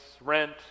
rent